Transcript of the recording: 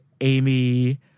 Amy